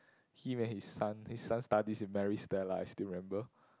him and his son his son studies in Maris-Stella I still remember